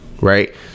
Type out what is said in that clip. right